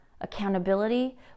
accountability